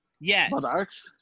Yes